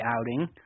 outing